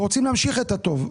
ושרוצים להמשיך את הטוב.